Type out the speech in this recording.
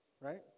right